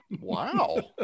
Wow